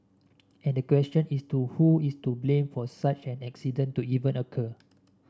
and the question is to who is to blame for such an accident to even occur